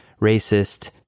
racist